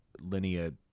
linear